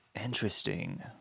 Interesting